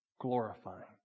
glorifying